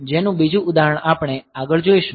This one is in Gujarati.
જેનું બીજું ઉદાહરણ આપણે આગળ જોઈશું